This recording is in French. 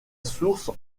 source